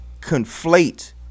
conflate